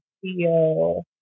feel